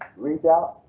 reach out,